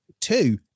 two